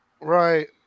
Right